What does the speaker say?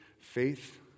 faith